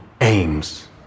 aims